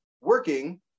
working